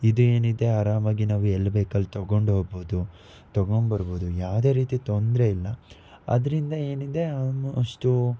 ಇದು ಏನಿದೆ ಅರಾಮಾಗಿ ನಾವು ಎಲ್ಲಿ ಬೇಕಲ್ಲಿ ತೊಗೊಂಡು ಹೋಗ್ಬೋದು ತೊಗೊಂಡ್ಬರ್ಬೋದು ಯಾವ್ದೇ ರೀತಿ ತೊಂದರೆ ಇಲ್ಲ ಅದರಿಂದ ಏನಿದೆ ಅಷ್ಟು